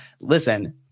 Listen